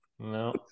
No